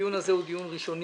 הדיון הזה הוא דיון ראשוני,